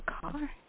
car